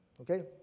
Okay